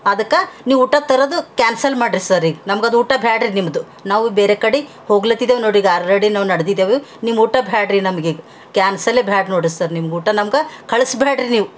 ಅದಕ್ಕೆ ನೀವು ಊಟ ತರೋದು ಕ್ಯಾನ್ಸಲ್ ಮಾಡಿರಿ ಸರ್ ಈಗ ನಮ್ಗದು ಊಟ ಭ್ಯಾಡ್ರಿ ನಿಮ್ಮದು ನಾವು ಬೇರೆ ಕಡೆ ಹೋಗ್ಲತ್ತಿದೆವು ನೋಡೀಗ ಆರ್ರೆಡಿ ನಾವು ನಡ್ದಿದ್ದೆವು ನಿಮ್ಮ ಊಟ ಭ್ಯಾಡ್ರಿ ನಮ್ಗೀಗ ಕ್ಯಾನ್ಸಲ್ಲೇ ಭ್ಯಾಡ ನೋಡಿ ಸರ್ ನಿಮ್ಮ ಊಟ ನಮ್ಗೆ ಕಳಿಸ್ ಭ್ಯಾಡ್ರಿ ನೀವು